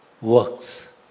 works